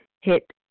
hit